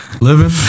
living